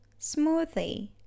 Smoothie